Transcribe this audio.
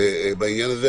בעניין הזה.